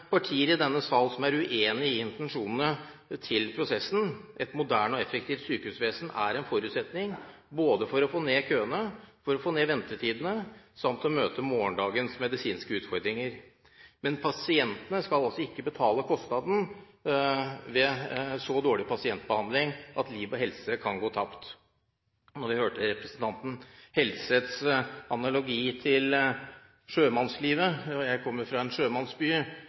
partier i denne sal som er uenig i intensjonene til prosessen. Et moderne og effektivt sykehusvesen er en forutsetning, både for å få ned køene, for å få ned ventetidene samt for å møte morgendagens medisinske utfordringer. Pasientene skal altså ikke betale kostnaden ved så dårlig pasientbehandling at liv og helse kan gå tapt. Da vi hørte representanten Helseths analogi til sjømannslivet, og jeg kommer fra en